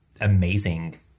amazing